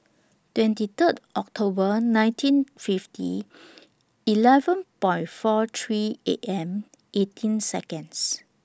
twenty Third October nineteen fifty eleven Point four three A M eighteen Seconds